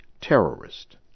terrorist